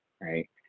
right